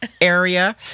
area